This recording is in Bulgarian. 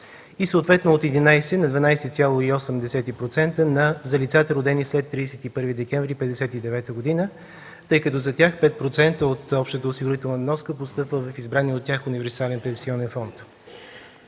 и съответно от 11 на 12,8% за лицата, родени след 31 декември 1959 г., тъй като за тях 5% от общата осигурителна вноска постъпва в избрания от тях универсален пенсионен фонд.